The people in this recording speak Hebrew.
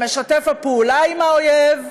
למשתף הפעולה עם האויב.